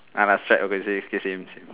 ah lah stripe opposite still same same